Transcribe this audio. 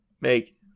make